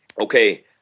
okay